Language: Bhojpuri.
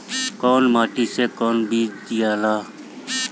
कौन माटी मे कौन बीज दियाला?